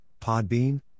Podbean